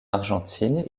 argentine